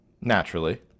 naturally